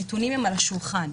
הנתונים הם על השולחן.